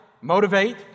motivate